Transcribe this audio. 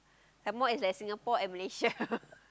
some more it's like Singapore and Malaysia